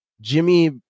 jimmy